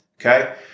Okay